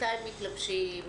מתי מתלבשים,